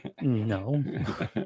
No